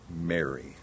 Mary